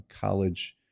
college